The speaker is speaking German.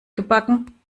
gebacken